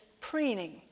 preening